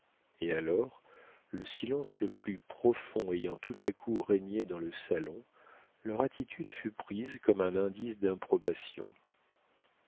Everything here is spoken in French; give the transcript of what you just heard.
et alors le silence le plus profond ayant tout à coup régné dans le salon leur attitude fut prise comme un indice d'improbation